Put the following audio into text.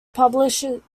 publishes